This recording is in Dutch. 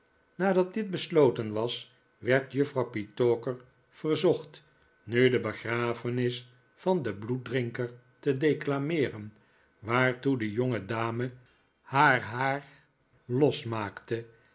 nadat dit besloten was werd juffrouw petowker verzocht nu de begrafenis van den bloeddrinker te declameeren waartoe de jongedame mm de vluchtelingen zijn aangekomen haar haar losmaakte